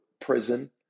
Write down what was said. prison